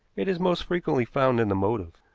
it is most frequently found in the motive.